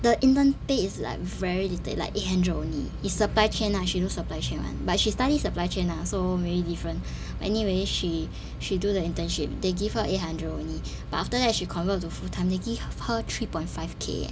the intern pay is like very little like eight hundred only it's supply chain ah she do supply chain [one] but she study supply chain ah so maybe different anyway she she do the internship they give her eight hundred only but after that she convert to full time they give he~ her three point five K eh